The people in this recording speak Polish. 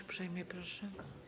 Uprzejmie proszę.